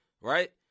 Right